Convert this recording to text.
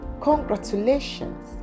Congratulations